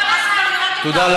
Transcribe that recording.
תודה.